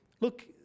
look